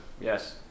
yes